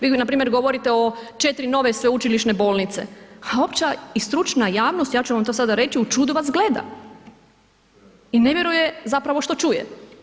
Vi npr. govorite o četiri nove sveučilišne bolnice a opća i stručna javnost, ja ću vam to sada reći, u čudu vas gleda i ne vjeruje zapravo što čuje.